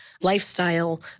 lifestyle